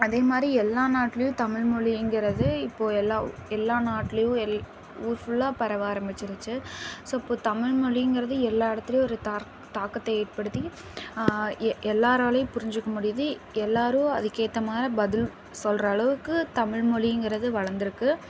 அதே மாதிரி எல்லா நாட்லையும் தமிழ்மொலிங்கிறது இப்போ எல்லா எல்லா நாட்லையும் எல் ஊர் ஃபுல்லாக பரவ ஆரமிச்சிடுச்சு ஸோ இப்போ தமிழ்மொலிங்கிறது எல்லா இடத்துலையும் ஒரு தார் தாக்கத்தை ஏற்படுத்தி ஏ எல்லாராலையும் புரிஞ்சிக்க முடியுது எல்லாரும் அதற்கேத்தமான பதில் சொல்லுற அளவுக்கு தமிழ்மொலிங்கிறது வளர்ந்துருக்கு